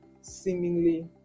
seemingly